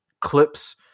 clips